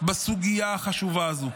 בסוגיה החשובה הזו.